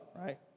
right